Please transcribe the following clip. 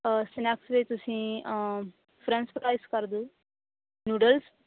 snacks ਵੀ ਤੁਸੀਂ French fries ਕਰ ਦਿਓ ਨੂਡਲਸ